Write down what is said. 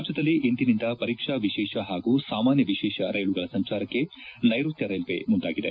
ರಾಜ್ಠದಲ್ಲಿ ಇಂದಿನಿಂದ ಪರೀಕ್ಷಾ ವಿಶೇಷ ಪಾಗೂ ಸಾಮಾನ್ಯ ವಿಶೇಷ ರೈಲುಗಳ ಸಂಚಾರಕ್ಕೆ ನೈರುತ್ಯ ರೈಲ್ವೆ ಮುಂದಾಗಿದೆ